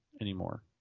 anymore